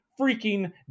freaking